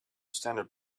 standard